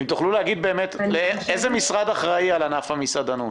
אם תוכלו להגיד באמת איזה ענף אחראי על ענף המסעדנות?